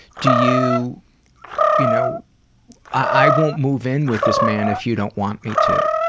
do you you know i won't move in with this man if you don't want me to.